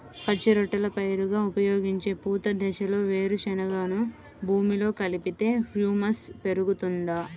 పచ్చి రొట్టెల పైరుగా ఉపయోగించే పూత దశలో వేరుశెనగను భూమిలో కలిపితే హ్యూమస్ పెరుగుతుందా?